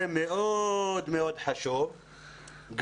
מאוד חשוב,